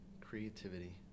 Creativity